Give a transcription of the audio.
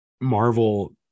Marvel